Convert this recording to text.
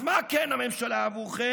אז מה כן הממשלה בעבורכם?